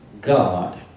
God